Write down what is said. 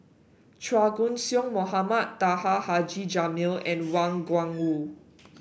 Chua Koon Siong Mohamed Taha Haji Jamil and Wang Gungwu